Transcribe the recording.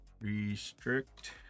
restrict